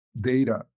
data